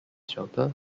shelter